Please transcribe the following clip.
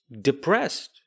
depressed